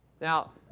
Now